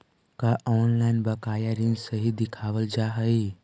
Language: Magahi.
का ऑनलाइन बकाया ऋण सही दिखावाल जा हई